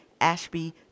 Ashby